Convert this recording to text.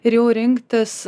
ir jau rinktis